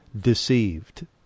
deceived